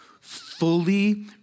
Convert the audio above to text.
fully